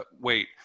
wait